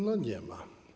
Nie ma.